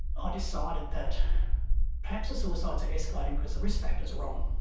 ah decided that perhaps suicides are escalating because the risk factors are wrong.